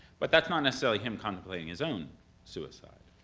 but that's not necessarily him contemplating his own suicide,